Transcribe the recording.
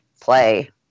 play